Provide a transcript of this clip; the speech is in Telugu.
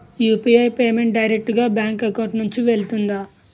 యు.పి.ఐ పేమెంట్ డైరెక్ట్ గా బ్యాంక్ అకౌంట్ నుంచి వెళ్తుందా?